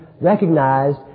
recognized